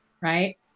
right